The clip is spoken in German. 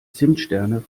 zimtsterne